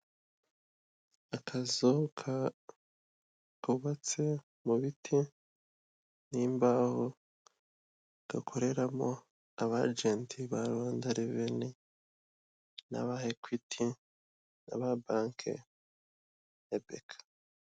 Akazu kubatse mu biti n'imbaho gakoreramo abagenti ba Rwanda reveni n'aba ekwiti n'aba banki ya beka.